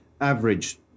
average